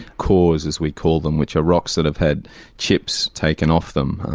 cores as we call them, which are rocks that have had chips taken off them,